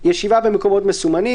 "ישיבה במקומות מסומנים,